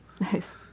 Nice